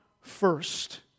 first